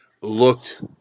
looked